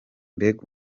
mbega